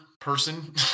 person